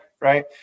right